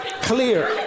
clear